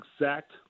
exact